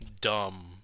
dumb